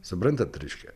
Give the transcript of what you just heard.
suprantat reiškia